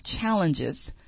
challenges